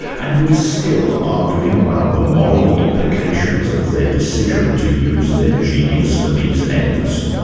and we're still arguing about the moral implications of their decision to use their genius for these ends.